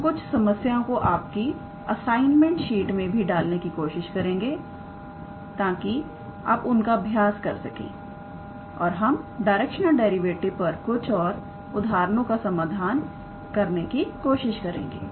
हम कुछ समस्याओं को आपकी असाइनमेंट शीट मैं भी डालने की कोशिश करेंगे ताकि आप उनका अभ्यास कर सकें और हम डायरेक्शनल डेरिवेटिव पर कुछ और उदाहरणों का समाधान करने की कोशिश करेंगे